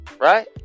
right